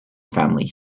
family